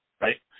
right